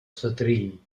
setrill